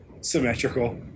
symmetrical